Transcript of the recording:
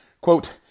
Quote